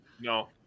No